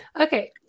Okay